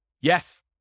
Yes